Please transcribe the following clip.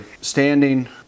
standing